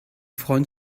freuen